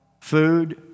food